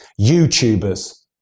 YouTubers